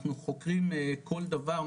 אנחנו חוקרים כל דבר,